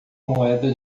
moeda